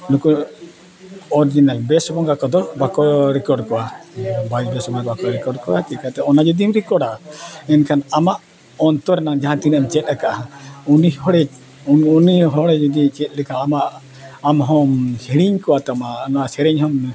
ᱱᱩᱠᱩ ᱚᱨᱤᱡᱤᱱᱟᱞ ᱵᱮᱥ ᱵᱚᱸᱜᱟ ᱠᱚᱫᱚ ᱵᱟᱠᱚ ᱨᱮᱠᱚᱨᱰ ᱠᱚᱣᱟ ᱵᱟᱭ ᱵᱮᱥᱟ ᱵᱚᱸᱜᱟ ᱵᱟᱠᱚ ᱨᱮᱠᱚᱨᱰ ᱠᱚᱣᱟ ᱪᱤᱠᱟᱹᱛᱮ ᱚᱱᱟ ᱡᱩᱫᱤᱢ ᱨᱮᱠᱳᱰᱟ ᱢᱮᱱᱠᱷᱟᱱ ᱟᱢᱟᱜ ᱚᱱᱛᱚᱨ ᱨᱮᱱᱟᱜ ᱡᱟᱦᱟᱸ ᱛᱤᱱᱟᱹᱜ ᱮᱢ ᱪᱮᱫ ᱠᱟᱜᱼᱟ ᱩᱱᱤ ᱦᱚᱲᱮ ᱩᱱᱤ ᱦᱚᱲᱮ ᱡᱩᱫᱤ ᱪᱮᱫ ᱞᱮᱠᱟ ᱟᱢᱟᱜ ᱟᱢ ᱦᱚᱸᱢ ᱦᱤᱲᱤᱧ ᱠᱚ ᱛᱟᱢᱟ ᱚᱱᱟ ᱥᱮᱨᱮᱧ ᱦᱚᱢ